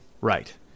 right